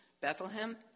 Bethlehem